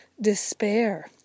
despair